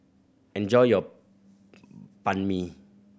enjoy your Banh Mi